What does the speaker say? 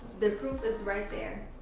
the proof is right there.